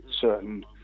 certain